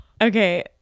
okay